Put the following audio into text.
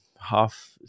half